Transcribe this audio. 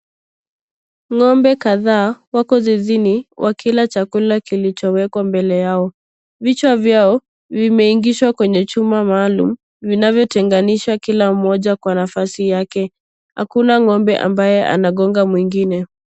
Ng'ombe kadhaa wako zizini wakila chakula kilichowekwa mbele yao. Vichwa vyao vimeingishwa kwenye chuma maalum, vinavyotenganisha kila mmoja kwa nafasi yake. Hakuna ng'ombe ambaye anagonga mwingine.